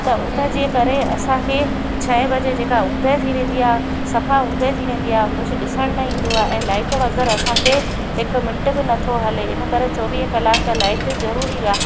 त उन जे करे असांखे छहे बजे जेका ऊंधे थी वेंदी आहे सफ़ा ऊंधे थी वेंदी आहे कुझु ॾिसण न ईंदो आहे ऐं लाइट बग़ैरि असांखे हिकु मिंट बि नथो हले इन करे चोवीह कलाक लाइट ज़रूरी आहे